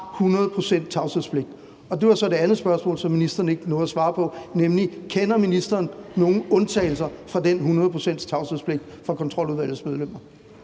procent tavshedspligt. Og det var så det andet spørgsmål, som ministeren ikke nåede at svare på, nemlig: Kender ministeren nogen undtagelser fra den 100 hundrede procents tavshedspligt for Kontroludvalgets medlemmer?